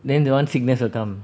then that one sickness will come